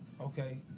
Okay